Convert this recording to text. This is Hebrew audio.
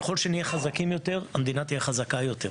ככל שנהיה חזקים יותר, המדינה תהיה חזקה יותר.